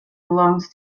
belongs